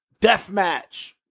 deathmatch